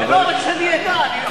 כדי שאני אדע.